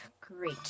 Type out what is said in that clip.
Great